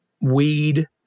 weed